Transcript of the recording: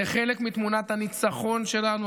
זה חלק מתמונת הניצחון שלנו.